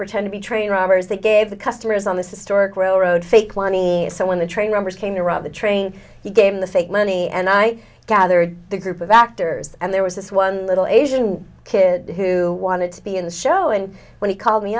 pretend to be train robbers they gave the customers on this historic railroad fake wanny so when the train robbers came to rob the train he gave the fake money and i gathered a group of actors and there was this one little asian kid who wanted to be in the show and when he called me